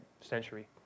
century